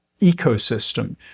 ecosystem